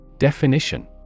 Definition